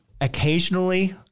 occasionally